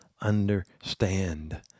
understand